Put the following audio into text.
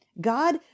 God